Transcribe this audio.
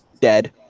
dead